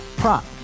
prop